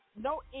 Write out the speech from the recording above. No